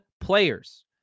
players